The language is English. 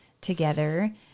together